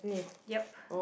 yup